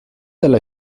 della